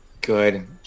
Good